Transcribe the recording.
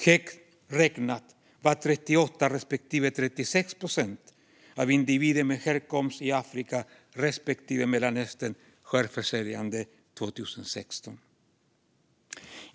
Högt räknat var 38 respektive 36 procent av individer med härkomst i Afrika respektive Mellanöstern självförsörjande 2016."